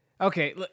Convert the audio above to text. Okay